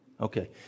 Okay